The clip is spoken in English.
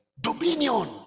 Dominion